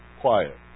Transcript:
Quiet